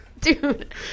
dude